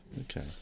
Okay